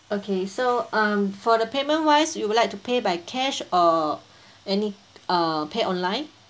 okay so um for the payment wise you would like to pay by cash or any uh pay online